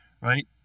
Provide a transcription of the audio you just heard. right